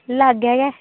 लागै गै